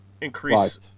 increase